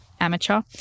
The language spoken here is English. amateur